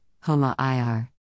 HOMA-IR